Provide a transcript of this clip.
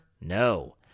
no